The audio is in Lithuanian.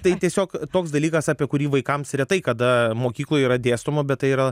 tai tiesiog toks dalykas apie kurį vaikams retai kada mokykloj yra dėstoma bet tai yra